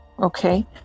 okay